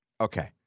Okay